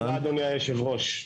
תודה רבה אדוני יושב הראש.